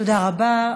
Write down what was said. תודה רבה.